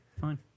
Fine